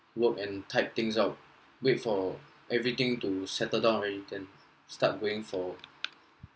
work and type things out wait for everything to settle down where you can start going for